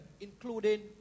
including